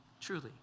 Truly